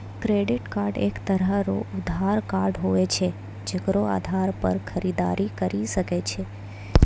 credit card एक तरह रो उधार कार्ड हुवै छै जेकरो आधार पर खरीददारी करि सकै छो